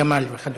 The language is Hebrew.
גמל וכדומה.